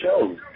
shows